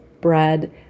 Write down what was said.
bread